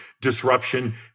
disruption